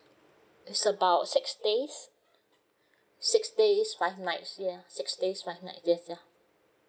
it's about six days six days five nights yeah six days five nights yes yeah